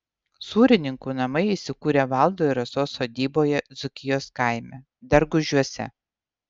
sūrininkų namai įsikūrę valdo ir rasos sodyboje dzūkijos kaime dargužiuose